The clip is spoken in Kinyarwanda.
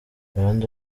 abandi